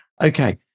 okay